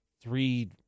three